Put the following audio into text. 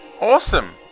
awesome